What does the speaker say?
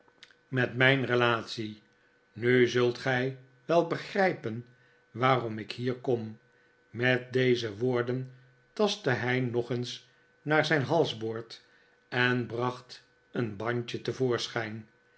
met mijn relatie nu zult gij wel begrijpen waarom ik hier kom met deze woorden tastte hij nog eens naar zijn h'alsboord en bracht een bandje